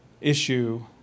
issue